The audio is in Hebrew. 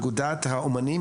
אגודת האומנים,